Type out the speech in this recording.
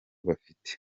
bafite